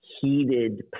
heated